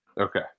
Okay